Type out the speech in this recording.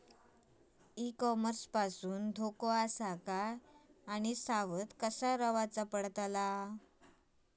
E commerce पासून धोको आसा काय आणि सावध कसा रवाचा?